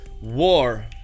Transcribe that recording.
war